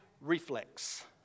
reflex